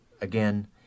again